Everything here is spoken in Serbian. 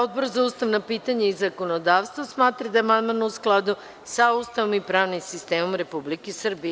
Odbor za ustavna pitanja i zakonodavstvo smatra da je amandman u skladu sa Ustavom i pravnim sistemom Republike Srbije.